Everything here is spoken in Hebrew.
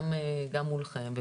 גם מולכם.